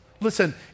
Listen